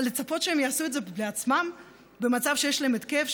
אבל לצפות שהם יעשו את זה בעצמם במצב שיש להם התקף,